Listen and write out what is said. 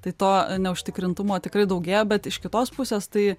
tai to neužtikrintumo tikrai daugėja bet iš kitos pusės tai